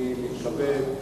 אני מתכבד,